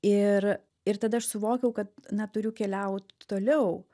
ir ir tada aš suvokiau kad na turiu keliaut toliau